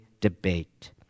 debate